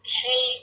hey